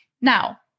Now